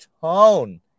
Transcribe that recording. tone